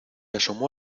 asomó